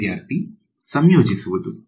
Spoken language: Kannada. ವಿದ್ಯಾರ್ಥಿ ಸಂಯೋಜಿಸುವುದು